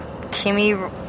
Kimmy